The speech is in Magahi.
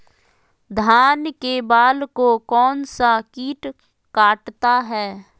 धान के बाल को कौन सा किट काटता है?